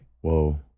whoa